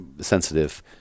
sensitive